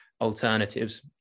alternatives